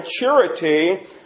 maturity